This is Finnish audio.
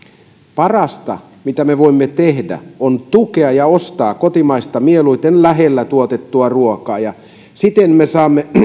parasta mitä me voimme tehdä on tukea ja ostaa kotimaista mieluiten lähellä tuotettua ruokaa ja siten me saamme puhdasta